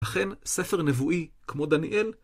אכן, ספר נבואי כמו דניאל